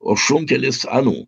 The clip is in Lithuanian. o šunkelis anų